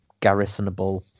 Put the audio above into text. garrisonable